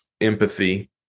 empathy